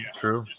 true